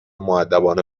مودبانه